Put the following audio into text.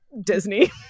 Disney